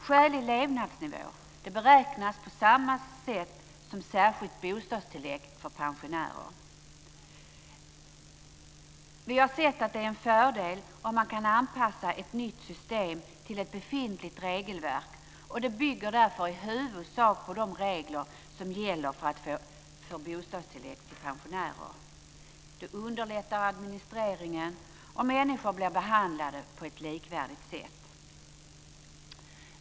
Skälig levnadsnivå beräknas på samma sätt som särskilt bostadstillägg för pensionärer. Vi har sett att det är en fördel om man kan anpassa ett nytt system till ett befintligt regelverk, och äldreförsörjningsstödet bygger därför i huvudsak på de regler som gäller för bostadstillägg för pensionärer. Detta underlättar administreringen, och människor blir behandlade på ett likvärdigt sätt.